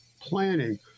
planning